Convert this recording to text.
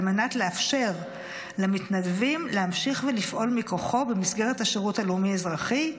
על מנת לאפשר למתנדבים להמשיך לפעול מכוחו במסגרת השירות הלאומי-האזרחי,